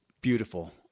Beautiful